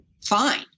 fine